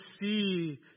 see